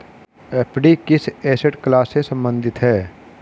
FD किस asset class से संबंधित है?